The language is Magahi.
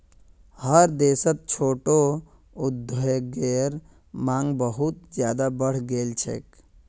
हर देशत छोटो उद्योगेर मांग बहुत ज्यादा बढ़ गेल छेक